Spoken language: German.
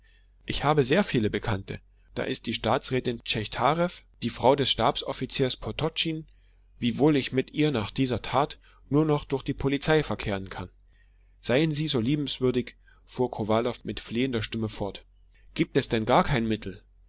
ich habe sehr viele bekannte da ist die staatsrätin tschechtarew die frau des stabsoffiziers podtotschin wiewohl ich mit ihr nach dieser tat nur noch durch die polizei verkehren kann seien sie so liebenswürdig fuhr kowalow mit flehender stimme fort gibt es denn gar kein mittel